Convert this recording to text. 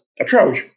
approach